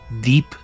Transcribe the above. deep